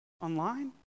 online